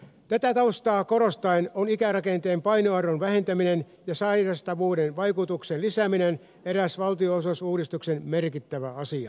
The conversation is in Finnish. tätä taustaa korostaen on ikärakenteen painoarvon vähentäminen ja sairastavuuden vaikutuksen lisääminen eräs valtionosuusuudistuksen merkittävä asia